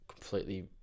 completely